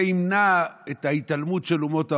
זה ימנע את ההתעלמות של אומות העולם,